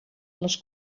les